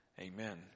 Amen